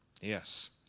yes